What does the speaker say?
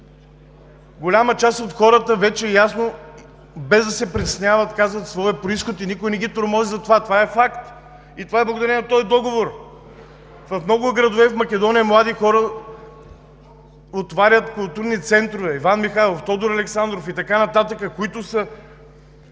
Голяма част от хората вече ясно, без да се притесняват, казват своя произход и никой не ги тормози за това. Това е факт и това е благодарение на този договор. В много градове в Македония млади хора отварят културни центрове – „Иван Михайлов“, „Тодор Александров“ и така нататък, които